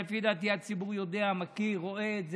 לפי דעתי הציבור יודע, מכיר, רואה את זה.